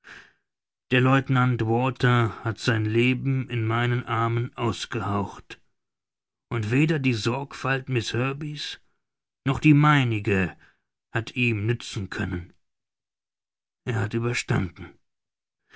der lieutenant walter hat sein leben in meinen armen ausgehaucht und weder die sorgfalt miß herbey's noch die meinige hat ihm nützen können er hat überstanden